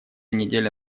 недели